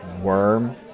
worm